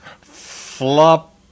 flop